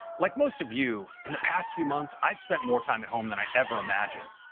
like most of you, in the past few months i've spent more time at home than i ever imagined.